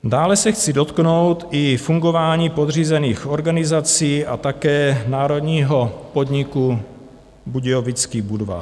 Dále se chci dotknout i fungování podřízených organizací a také národního podniku Budějovický Budvar.